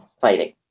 fighting